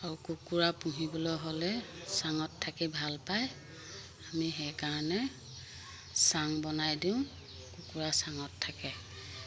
আৰু কুকুৰা পুহিবলৈ হ'লে চাঙত থাকি ভাল পায় আমি সেইকাৰণে চাং বনাই দিওঁ কুকুৰা চাঙত থাকে